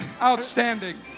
Outstanding